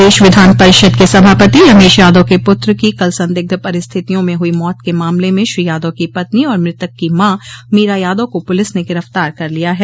प्रदेश विधान परिषद के सभापति रमेश यादव के पुत्र की कल संदिग्ध परिस्थितियों में हुई मौत के मामले में श्री यादव की पत्नी और मृतक की माँ मीरा यादव को पुलिस ने गिरफ्तार कर लिया है